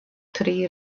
tri